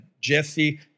Jesse